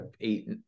eight